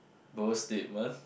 bold statement